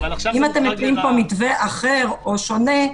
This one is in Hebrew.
אם אתם נותנים פה מתווה אחר או שונה,